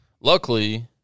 luckily –